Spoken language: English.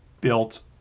built